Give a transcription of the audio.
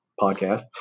podcast